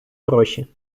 гроші